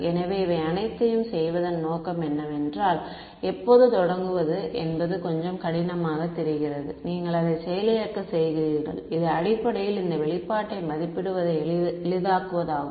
எனவே இவை அனைத்தையும் செய்வதன் நோக்கம் என்னவென்றால் எப்போது தொடங்குவது என்பது கொஞ்சம் கடினமாகத் தெரிகிறது நீங்கள் அதை செயலிழக்கச் செய்கிறீர்கள் இது அடிப்படையில் இந்த வெளிப்பாட்டை மதிப்பிடுவதை எளிதாக்குவதாகும்